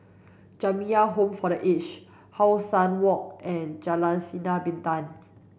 Jamiyah Home for the Aged How Sun Walk and Jalan Sinar Bintang